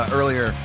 earlier